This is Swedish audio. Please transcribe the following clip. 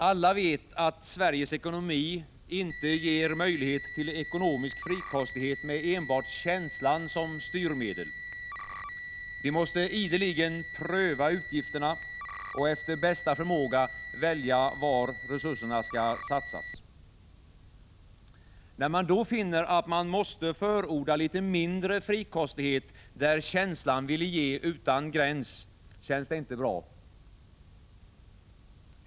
Alla vet att Sveriges ekonomi inte ger möjlighet till ekonomisk frikostighet med enbart känslan som styrmedel. Vi måste ideligen pröva utgifterna och efter bästa förmåga välja var resurserna skall satsas. När man då finner att man måste förorda litet mindre frikostighet där känslan ville ge utan gräns, känns det inte bra.